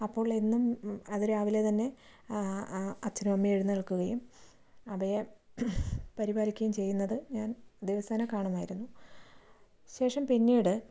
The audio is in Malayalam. അപ്പോൾ എന്നും അതിരാവിലെ തന്നെ അച്ഛനും അമ്മയും എഴുന്നേൽക്കുകയും അവയെ പരിപാലിക്കുകയും ചെയ്യുന്നത് ഞാൻ ദിവസേനെ കാണുമായിരുന്നു ശേഷം പിന്നീട്